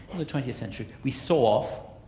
in the twentieth century we saw off